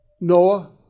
Noah